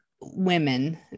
women